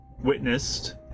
witnessed